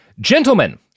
Gentlemen